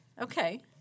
Okay